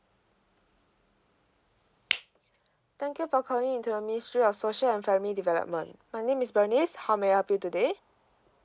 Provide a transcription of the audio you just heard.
thank you for calling in to the ministry of social and family development my name is bernice how may I help you today